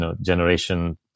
generation